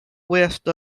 west